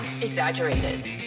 exaggerated